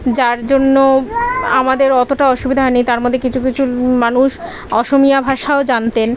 যার জন্য আমাদের অতোটা অসুবিধা হয় নি তার মদ্যে কিছু কিছু মানুষ অসমীয়া ভাষাও জানতেন